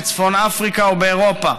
בצפון אפריקה ובאירופה.